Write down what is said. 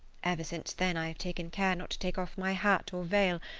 ever since then i have taken care not to take off my hat or veil,